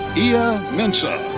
iaa mensah.